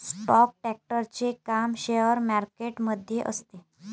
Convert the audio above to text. stock ट्रेडरचे काम share market मध्ये असते